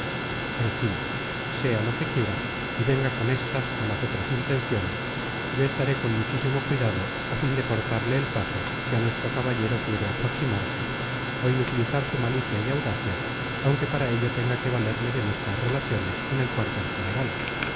en fin sea lo que quiera y venga con estas o las otras intenciones yo estaré con muchísimo cuidado a fin de cortarle el paso si a nuestro caballero quiere aproximarse o inutilizar su malicia y audacia aunque para ello tenga que valerme de nuestras relaciones en el cuartel general